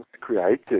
created